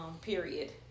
period